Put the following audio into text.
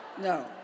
No